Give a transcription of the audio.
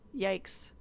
Yikes